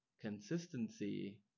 consistency